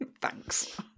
Thanks